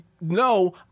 no